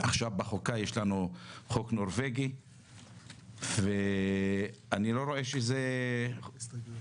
בוועדת החוקה דנים בחוק הנורבגי ואני לא רואה שהוא עוזר,